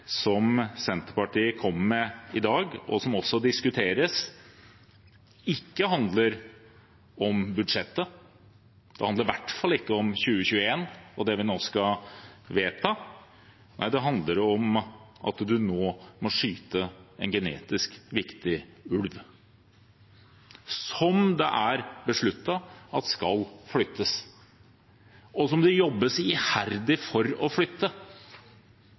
som Senterpartiet kom med i dag, og som også diskuteres, ikke handler om budsjettet – det handler i hvert fall ikke om 2021 og det vi nå skal vedta. Det handler om at man nå må skyte en genetisk viktig ulv, som det er besluttet skal flyttes, og som det jobbes iherdig for å flytte,